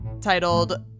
titled